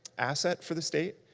asset for the state.